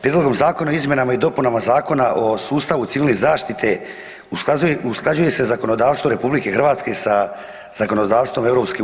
Prijedlogom zakona o izmjenama i dopunama Zakona o sustavu Civilne zaštite usklađuje se zakonodavstvo RH sa zakonodavstvom EU.